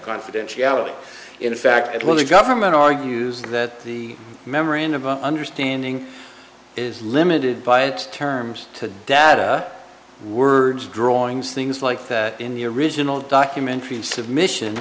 confidentiality in fact when the government argues that the memorandum of understanding is limited by its terms to data words drawings things like that in the original document submission